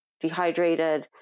dehydrated